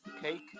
cake